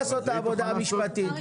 העבודה המשפטית.